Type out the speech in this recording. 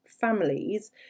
families